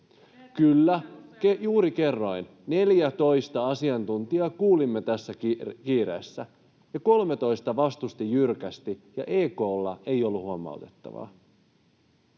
Kyllä, juuri kerroin. 14:ää asiantuntijaa kuulimme tässä kiireessä, ja 13 vastusti jyrkästi ja EK:lla ei ollut huomautettavaa.